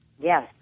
Yes